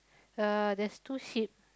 uh there's two sheep